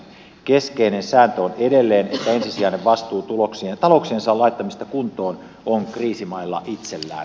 keskeinen sääntö on edelleen että ensisijainen vastuu talouksiensa laittamisesta kuntoon on kriisimailla itsellään